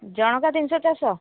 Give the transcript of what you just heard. ଜଣଙ୍କ ତିନିଶହ ଚାରିଶହ